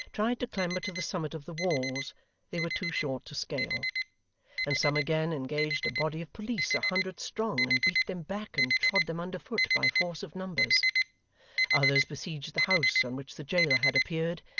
tried to clamber to the summit of the walls they were too short to scale and some again engaged a body of police a hundred strong, and beat them back and trod them under foot by force of numbers others besieged the house on which the jailer had appeared,